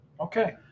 Okay